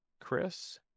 Chris